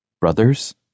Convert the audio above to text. Brothers